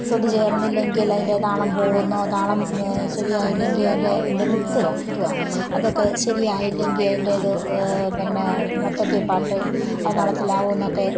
ശ്രുതി ചേർന്നില്ലെങ്കിൽ അതിൻ്റെ താളം പോകുന്നോ താളം ശരിയായില്ലെങ്കിൽ അതിൻ്റെ ലിറിക്സോ എന്തുവാ അതൊക്കെ ശരിയായില്ലെങ്കിൽ അതിൻ്റെ ഇത് പിന്നെ മൊത്തത്തിൽ പാട്ട് അവതാളത്തിലാകുമെന്നൊക്കെ